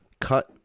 cut